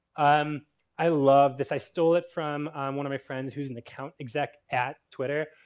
um i love this. i stole it from one of my friends who's an account exec at twitter.